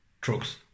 trucks